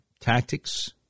tactics